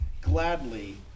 gladly